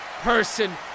person